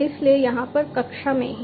इसलिए यहाँ पर कक्षा में ही